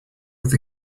with